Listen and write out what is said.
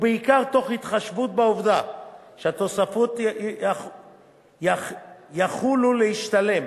ובעיקר תוך התחשבות בעובדה שהתוספות יחלו להשתלם